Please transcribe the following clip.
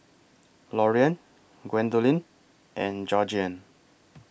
Loriann Gwendolyn and Georgeann